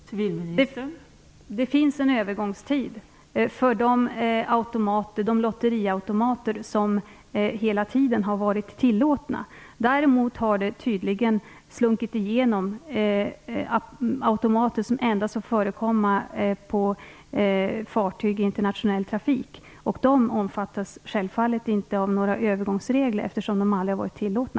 Fru talman! Det finns en övergångstid för de lotteriautomater som hela tiden har varit tillåtna. Däremot har det tydligen slunkit igenom automater som endast får förekomma på fartyg i internationell trafik. De omfattas självfallet inte av några övergångsregler eftersom de aldrig har varit tillåtna.